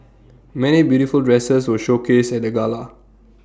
many beautiful dresses were showcased at the gala